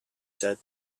said